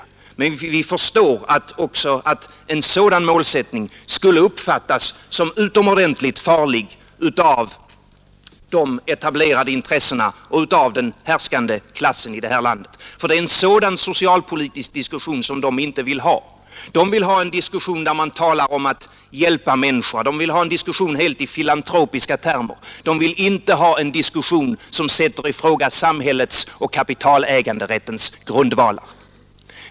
Men vi förstår också att en sådan målsättning skulle uppfattas som utomordentligt farlig av de etablerade intressena och av den härskande klassen i det här landet. Ty det är en sådan socialpolitisk diskussion som de inte vill ha. De vill ha en diskussion i filantropiska termer, där man talar om att hjälpa människorna. De vill inte ha en diskussion som sätter i fråga samhällets och kapitaläganderättens grundvalar.